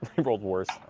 he rolled worse.